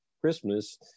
Christmas